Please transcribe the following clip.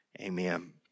amen